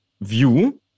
view